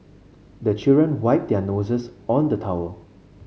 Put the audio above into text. the children wipe their noses on the towel